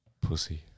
Pussy